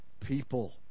people